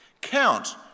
Count